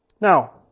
Now